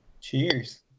Cheers